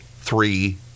three